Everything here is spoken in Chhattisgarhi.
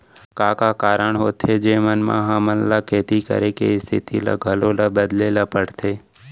का का कारण होथे जेमन मा हमन ला खेती करे के स्तिथि ला घलो ला बदले ला पड़थे?